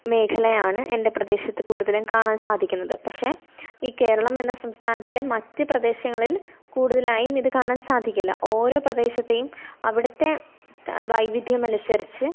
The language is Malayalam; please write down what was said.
മേഖലയാണ് എൻ്റെ പ്രദേശത്ത് കൂടുതലും കാണാൻ സാധിക്കുന്നത് പക്ഷെ ഈ കേരളം എന്ന സംസ്ഥാനത്തിലെ മറ്റു പ്രദേശങ്ങളിൽ കൂടുതലായും ഇത് കാണാൻ സാധിക്കില്ല ഓരോ പ്രദേശത്തെയും അവിടത്തെ വൈവിധ്യം അനുസരിച്ച്